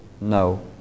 no